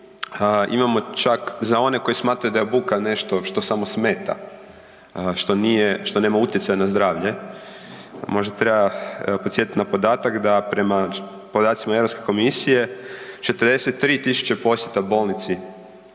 imamo čak za one koji smatraju da je buka nešto što samo smeta, što nema utjecaja na zdravlje, možda treba podsjetiti na podatak da prema podacima Europske komisije 43.000 posjeta bolnici